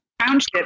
township